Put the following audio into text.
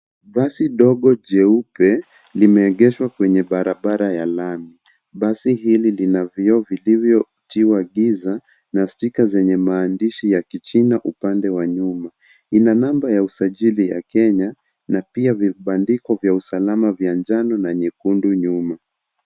Basi dogo jeupe limeegeshwa kwenye barabara ya lami. Basi hili lina vioo vilivyotiwa giza na stika zenye maandishi ya kichina upande wa nyuma. Ina namba ya usajili ya Kenya na pia vibandiko vya usalama vya njano na nyekundu nyuma.